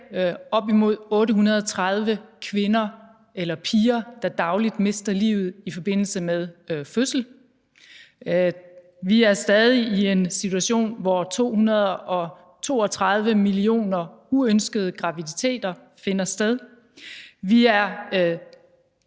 op imod 830 kvinder eller piger, der dagligt mister livet i forbindelse med fødsel. Vi er stadig i en situation, hvor 232 millioner uønskede graviditeter finder sted. Vi er